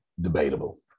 Debatable